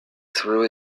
through